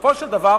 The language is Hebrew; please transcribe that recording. ובסופו של דבר